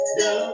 no